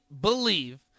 believe